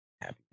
happy